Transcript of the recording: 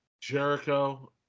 Jericho